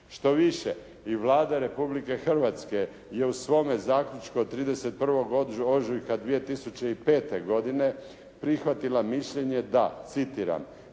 Štoviše i Vlada Republike Hrvatske je u svome zaključku od 31. ožujka 2005. godine prihvatila mišljenje da, citiram: